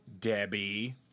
Debbie